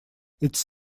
its